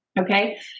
okay